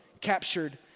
captured